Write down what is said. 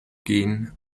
gehen